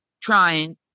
trying